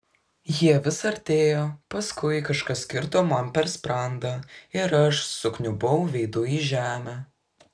jie vis artėjo paskui kažkas kirto man per sprandą ir aš sukniubau veidu į žemę